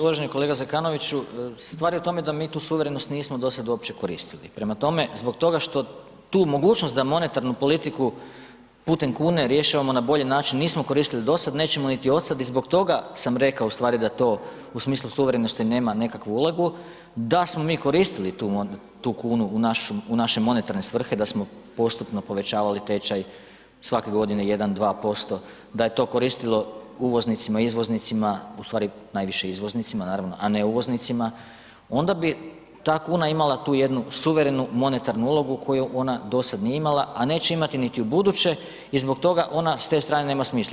Uvaženi kolega Zekanoviću, stvar je u tome da mi tu suverenost nismo do sada uopće koristili prema tome, zbog toga što tu mogućnost da monetarnu politiku putem kune rješavamo na bolji način, nismo koristili do sad, nećemo niti od sad i zbog toga sam rekao ustvari da to u smislu suverenosti nema nekakvu ulogu da smo mi koristili tu kunu u naše monetarne svrhe, da smo postupno povećavali tečaj svake godine 1,2%, da je to koristilo uvoznicima, izvoznicima, ustvari najviše izvoznicima naravno a ne uvoznicima, onda bi ta kuna imala tu jednu suverenu monetarnu ulogu koju ona do sad nije imala a neće imati niti ubuduće i zbog toga ona s te strane nema smisla.